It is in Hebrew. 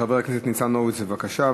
חבר הכנסת ניצן הורוביץ, בבקשה.